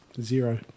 Zero